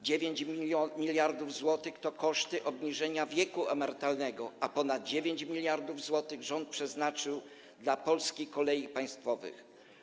9 mld zł to koszty obniżenia wieku emerytalnego, a ponad 9 mld zł rząd przeznaczył dla Polskich Kolei Państwowych.